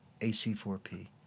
AC4P